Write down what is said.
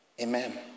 Amen